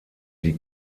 die